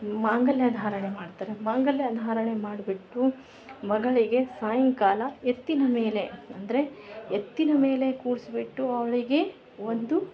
ಮಾಂಗಲ್ಯ ಧಾರಣೆ ಮಾಡ್ತಾರೆ ಮಾಂಗಲ್ಯ ಧಾರಣೆ ಮಾಡ್ಬಿಟ್ಟು ಮಗಳಿಗೆ ಸಾಯಂಕಾಲ ಎತ್ತಿನ ಮೇಲೆ ಅಂದರೆ ಎತ್ತಿನ ಮೇಲೆ ಕೂರ್ಸ್ಬಿಟ್ಟು ಅವಳಿಗೆ ಒಂದು